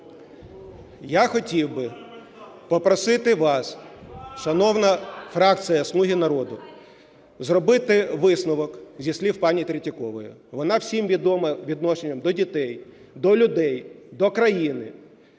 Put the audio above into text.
Я хотів би попросити вас, шановна фракція "слуги народу", зробити висновок зі слів пані Третьякової. Вона всім відома відношенням до дітей, до людей, до країни.